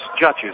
judges